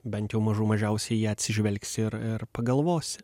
bent jau mažų mažiausiai į ją atsižvelgs ir ir pagalvosi